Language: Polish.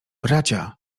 bracia